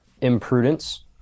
imprudence